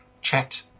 chat